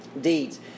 deeds